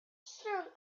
soon